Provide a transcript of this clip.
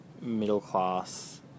middle-class